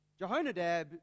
Jehonadab